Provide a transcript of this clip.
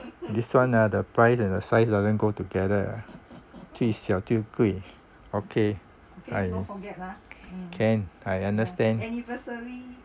this one ah the prize and the size doesn't go together 最小最贵 okay I can I understand